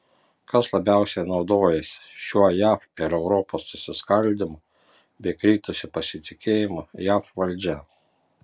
kas labiausiai naudojasi šiuo jav ir europos susiskaldymu bei kritusiu pasitikėjimu jav valdžia